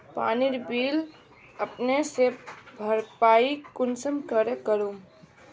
पानीर बिल अपने से भरपाई कुंसम करे करूम?